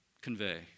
convey